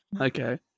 Okay